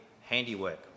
handiwork